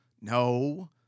No